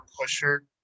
Pusher